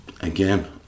Again